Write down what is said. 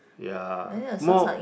ya more